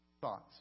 thoughts